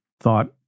thought